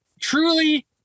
truly